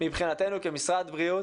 מבחינתנו כמשרד בריאות